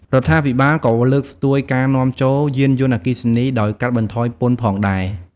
រដ្ឋាភិបាលក៏លើកស្ទួយការនាំចូលយានយន្តអគ្គីសនី ដោយកាត់បន្ថយពន្ធផងដែរ។